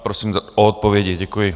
Prosím o odpovědi, děkuji.